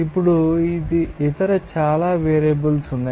ఇప్పుడు ఇతర చాలా వేరియబుల్స్ ఉన్నాయి